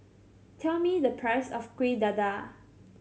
tell me the price of Kuih Dadar